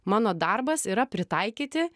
mano darbas yra pritaikyti